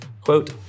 quote